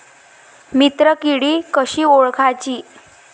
मित्र किडी कशी ओळखाची?